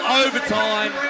overtime